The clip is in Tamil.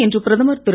இன்று பிரதமர் திரு